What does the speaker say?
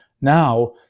now